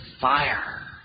fire